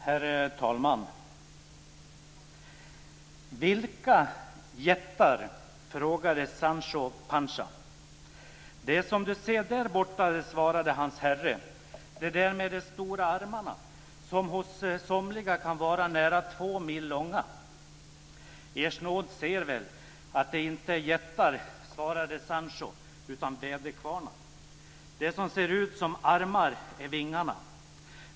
Herr talman! "- Vilka jättar? frågade Sancho Panza. - De som du ser där borta, svarade hans herre. De där med de stora armarna, som hos somliga kan vara nära två mil långa. - Ers nåd ser väl, att det inte är jättar, svarade Sancho - utan väderkvarnar. Det som ser ut som armar är vingarna.